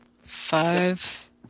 Five